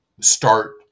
start